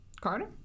Carter